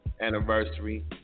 anniversary